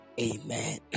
Amen